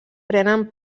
prenen